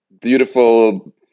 beautiful